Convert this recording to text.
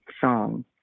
song